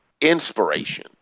inspiration